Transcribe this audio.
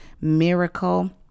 miracle